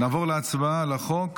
נעבור להצבעה על הצעת חוק,